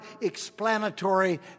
explanatory